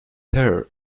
terror